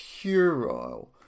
puerile